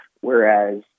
whereas